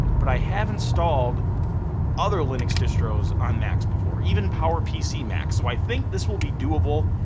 but i have installed other linux distros on macs before, even powerpc macs. so i think this will be doable.